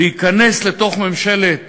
להיכנס לממשלת